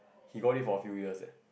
he got it for a few years eh